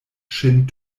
ŝin